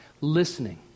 Listening